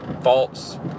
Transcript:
false